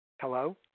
hello